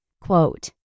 quote